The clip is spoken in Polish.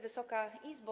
Wysoka Izbo!